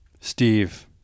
Steve